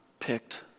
Picked